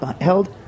held